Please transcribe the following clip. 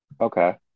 Okay